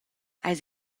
eis